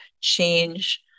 change